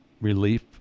relief